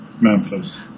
Memphis